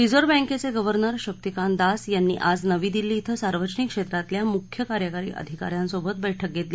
reserve बँकेचे governor Shaktikanta Das यांनी आज नवी दिल्ली थे सार्वजनिक क्षेत्रातल्या मुख्य कार्यकारी अधिका यांसोबत बैठक घेतली